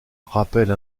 rappelle